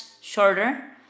shorter